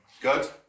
Good